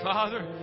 Father